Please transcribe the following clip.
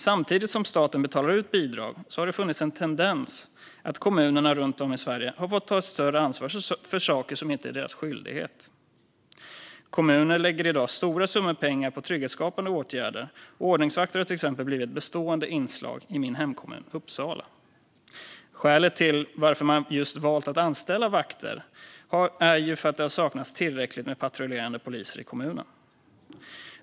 Samtidigt som staten betalar ut bidrag har det funnits en tendens att kommunerna runt om i Sverige fått ta ett större ansvar för saker som inte är deras skyldighet. Kommuner lägger i dag stora summor pengar på trygghetsskapande åtgärder. Till exempel har ordningsvakter blivit ett bestående inslag i min hemkommun Uppsala. Skälet till att man valt att anställa vakter är att det saknats tillräckligt med patrullerande poliser i kommunen.